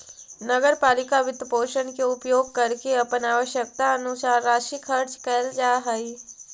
नगर पालिका वित्तपोषण के उपयोग करके अपन आवश्यकतानुसार राशि खर्च कैल जा हई